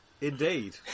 Indeed